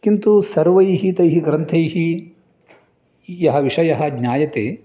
किन्तु सर्वैः तैः ग्रन्थैः यः विषयः ज्ञायते